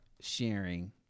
sharing